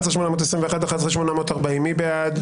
11,821 עד 11,840, מי בעד?